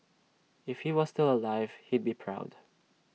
if he was still alive he'd be proud